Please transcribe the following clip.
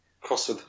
Crossed